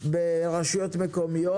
ברשויות מקומיות.